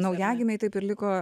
naujagimiai taip ir liko